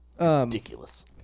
Ridiculous